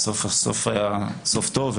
אבל הסוף היה סוף טוב,